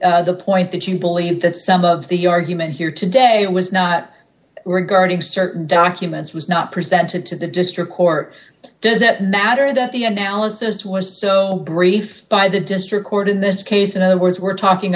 raised the point that you believe that some of the argument here today was not were guarding certain documents was not presented to the district court it doesn't matter that the analysis was so brief by the district court in this case in other words we're talking